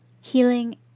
Healing